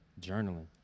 journaling